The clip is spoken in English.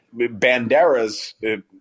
Banderas